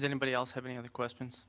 is anybody else have any other questions